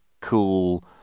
cool